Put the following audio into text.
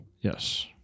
yes